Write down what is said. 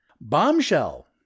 Bombshell